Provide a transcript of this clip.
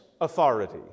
authority